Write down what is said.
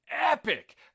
epic